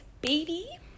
Baby